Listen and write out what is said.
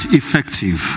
effective